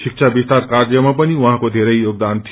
शिक्षा विस्तार कार्यमा पनि उहाँको बेरै योगदान थियो